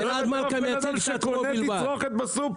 אין פה בנאדם שקונה תצרוכת בסופר.